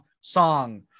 song